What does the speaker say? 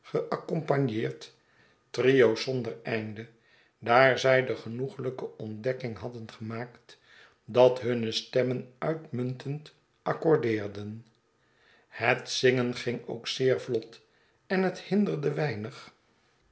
geaccompagneerd trio's zonder einde daar zij de genoeglijke ontdekking hadden gemaakt dat hunne stemmen uitmuntend accordeerden het zingen ging ook zeer vlot en het hinderde weinig